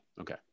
okay